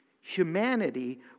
humanity